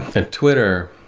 at twitter,